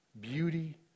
beauty